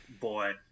boy